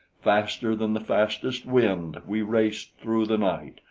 faster than the fastest wind we raced through the night,